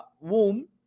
womb